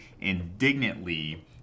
indignantly